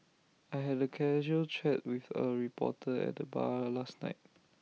I had A casual chat with A reporter at the bar last night